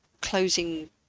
closing